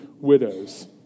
widows